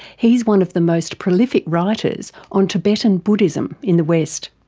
he's one of the most prolific writers on tibetan buddhism in the west.